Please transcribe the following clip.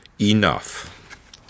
Enough